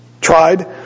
tried